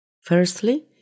Firstly